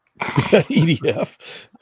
EDF